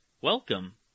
welcome